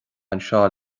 anseo